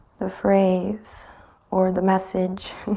the phrase or the message?